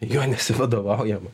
juo nesivadovaujama